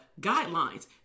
guidelines